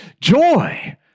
joy